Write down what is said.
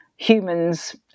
humans